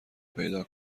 پیدا